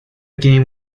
game